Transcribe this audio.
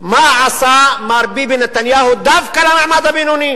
מה עשה מר ביבי נתניהו דווקא למעמד הבינוני.